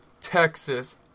Texas